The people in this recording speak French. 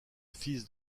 fils